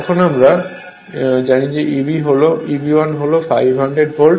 এখন আমরা জানি Eb 1 হল 500 ভোল্ট